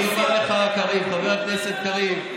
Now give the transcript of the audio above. אני אומר לך, קריב, חבר הכנסת קריב.